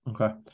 okay